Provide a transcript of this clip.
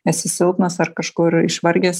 esi silpnas ar kažkur išvargęs